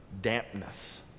Dampness